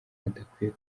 adakwiye